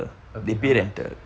ok how much